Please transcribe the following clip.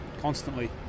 constantly